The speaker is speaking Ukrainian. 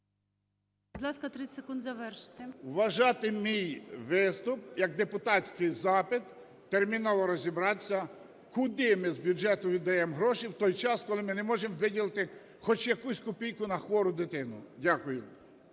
…вважати мій виступ як депутатський запит, терміново розібратися, куди ми з бюджету віддаємо гроші в той час, коли ми не можемо виділити хоч якусь копійку на хвору дитину. Дякую.